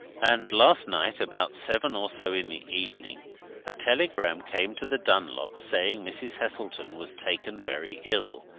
and last night about seven or so in the evening a telegram came to the dunlops saying mrs. heselton was taken very ill,